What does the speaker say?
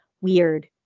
weird